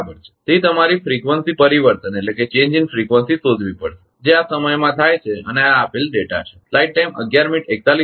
તેથી તમારે ફ્રીકવંસી પરિવર્તન શોધવું પડશે જે આ સમયમાં થાય છે અને આ આપેલ ડેટા છે